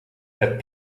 het